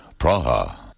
Praha